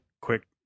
quick